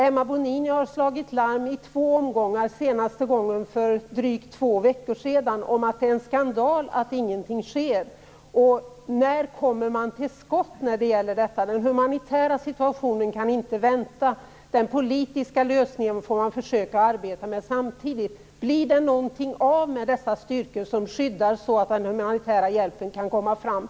Emma Bonino har slagit larm i två omgångar, senast för drygt två veckor sedan, om att det är en skandal att ingenting sker. När kommer man till skott med detta? Den humanitära situationen kan inte vänta. Den politiska lösningen får man försöka arbeta med samtidigt. Blir det någonting av med dessa styrkor som skyddar, så att den humanitära hjälpen kan komma fram?